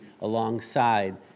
alongside